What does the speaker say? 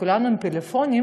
כולנו עם פלאפונים,